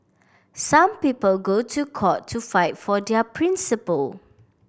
some people go to court to fight for their principle